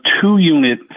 two-unit